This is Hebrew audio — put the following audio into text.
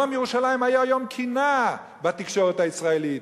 יום ירושלים היה יום קינה בתקשורת הישראלית.